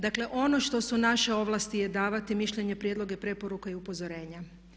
Dakle ono što su naše ovlasti je davati mišljenje, prijedloge, preporuke i upozorenja.